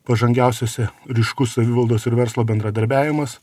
pažangiausiose ryškus savivaldos ir verslo bendradarbiavimas